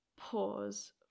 pause